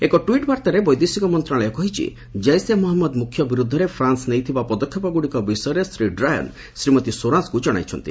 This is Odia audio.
ଏକ ଟ୍ୱିଟ୍ ବାର୍ଭାରେ ବୈଦେଶିକ ମନ୍ତ୍ରଣାଳୟ କହିଛି ଜେିସେ ମହମ୍ମଦ ମୁଖ୍ୟ ବିରୁଦ୍ଧରେ ଫ୍ରାନ୍ସ ନେଇଥିବା ପଦକ୍ଷେପଗ୍ରଡ଼ିକ ବିଷୟରେ ଶ୍ରୀ ଡ୍ରାୟନ୍ ଶ୍ରୀମତୀ ସ୍ୱରାଜଙ୍କ ଜଣାଇଛନ୍ତି